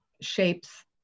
shapes